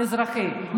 מזרחי?